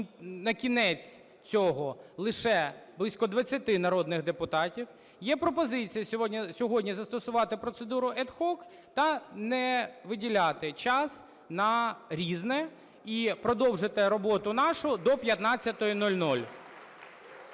на кінець цього лише близько 20 народних депутатів, є пропозиція сьогодні застосувати процедуру ad hoc та не виділяти час на "Різне" і продовжити роботу нашу до 15:00.